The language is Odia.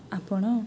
ଆପଣ